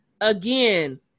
Again